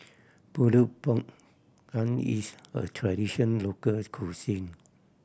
Pulut Panggang is a tradition locals cuisine